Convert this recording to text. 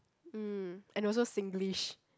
mm and also Singlish